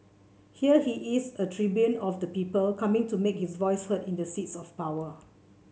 here he is a tribune of the people coming to make his voice heard in the seats of power